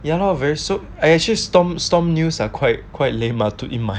ya lor very so I actually Stomp Stomp news are quite quite lame ah to eat mah